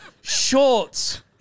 Shorts